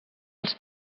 els